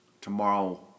tomorrow